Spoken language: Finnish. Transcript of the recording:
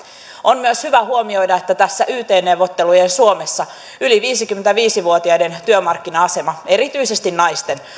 on myös hyvä huomioida että tässä yt neuvottelujen suomessa yli viisikymmentäviisi vuotiaiden työmarkkina asema erityisesti naisten